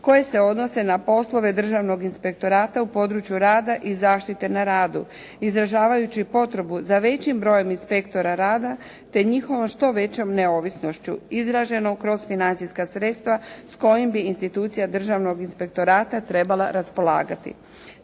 koje se odnose na poslove Državnog inspektorata u području rada i zaštite na radu izražavajući potrebu za većim brojem inspektora rada te njihovom što većom neovisnošću izraženo kroz financijska sredstva s kojim bi institucija Državnog inspektorata trebala raspolagati.